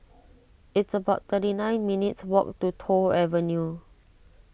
it's about thirty nine minutes' walk to Toh Avenue